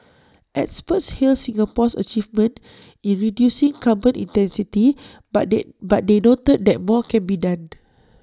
experts hailed Singapore's achievement in reducing carbon intensity but they but they noted that more can be done